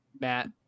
Matt